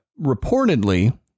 reportedly